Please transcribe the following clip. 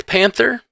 Panther